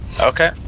Okay